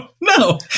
no